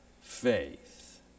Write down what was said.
faith